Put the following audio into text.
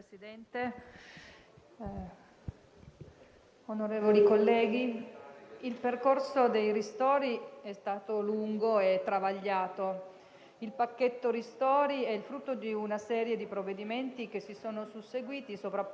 Diversi sono i rilievi critici che possono essere sollevati, sia di metodo sia di merito. Quanto al metodo, occorre sottolineare come il modo di procedere deciso dal Governo attraverso interventi estemporanei,